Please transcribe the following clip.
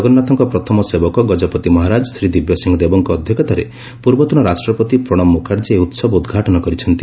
ଜଗନ୍ନାଥଙ୍କ ପ୍ରଥମ ସେବକ ଗଜପତି ମହାରାକ ଶ୍ରୀ ଦିବ୍ୟସିଂହ ଦେବଙ୍କ ଅଧ୍ଘକ୍ଷତାରେ ପୂର୍ବତନ ରାଷ୍ଟପତି ପ୍ରଶବ ମୁଖାର୍କୀ ଏହି ଉହବ ଉଦ୍ଘାଟନ କରିଛନ୍ତି